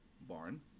barn